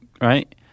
Right